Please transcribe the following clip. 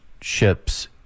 ships